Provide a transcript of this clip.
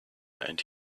and